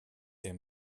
der